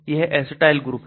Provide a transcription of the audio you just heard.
यह acetyl group है